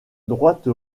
droite